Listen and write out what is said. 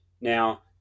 Now